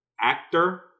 Actor